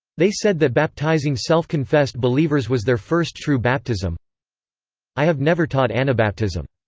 they said that baptizing self-confessed believers was their first true baptism i have never taught anabaptism.